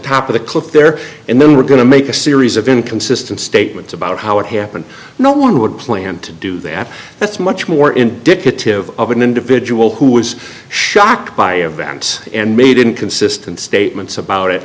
top of the cliff there and then we're going to make a series of inconsistent statements about how it happened no one would plan to do that that's much more indicative of an individual who was shocked by events and made inconsistent statements about it